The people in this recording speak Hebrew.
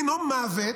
דינו מוות,